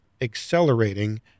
accelerating